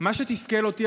ומה שתסכל אותי,